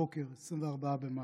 הבוקר, 24 במאי,